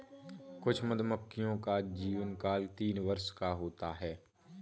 कुछ मधुमक्खियों का जीवनकाल तीन वर्ष का होता है